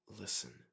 listen